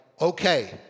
okay